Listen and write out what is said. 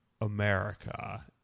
America